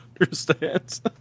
understands